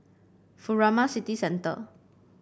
Furama City Centre